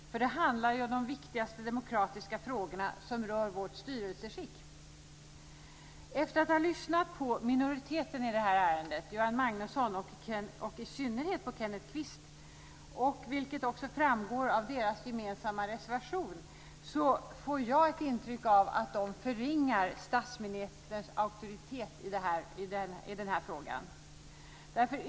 Det handlar ju om de viktigaste demokratiska frågorna, de som rör vårt styrelseskick. Efter att ha lyssnat på minoriteten i det här ärendet, Göran Magnusson och i synnerhet Kenneth Kvist, får jag ett intryck av, vilket också framgår av deras gemensamma reservation, att de förringar statsministerns auktoritet i den här frågan.